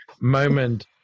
moment